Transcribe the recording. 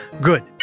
Good